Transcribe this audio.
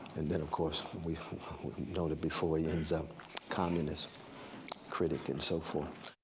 and then of course we know that before he ends up communist critic and so forth.